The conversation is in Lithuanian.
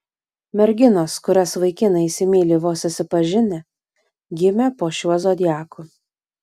merginos kurias vaikinai įsimyli vos susipažinę gimė po šiuo zodiaku